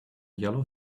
yellow